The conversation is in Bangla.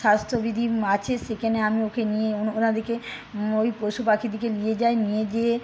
স্বাস্থ্যবিধি আছে সেখানে আমি ওকে নিয়ে ওনাদিগে ওই পশুপাখিদিগে নিয়ে যাই নিয়ে গিয়ে